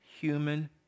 human